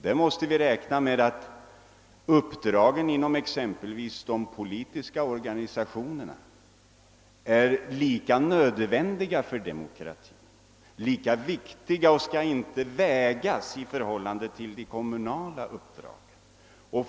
Vi måste räkna med att uppdragen exempelvis inom de politiska organisationerna är lika nödvändiga och viktiga för demokratin som de kommunala uppdragen. De får inte vägas i förhållande till varandra.